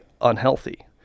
unhealthy